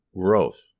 growth